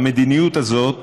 המדיניות הזאת